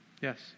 Yes